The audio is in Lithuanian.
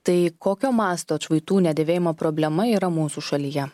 tai kokio masto atšvaitų nedėvėjimo problema yra mūsų šalyje